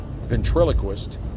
ventriloquist